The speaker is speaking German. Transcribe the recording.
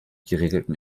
geregelten